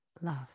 love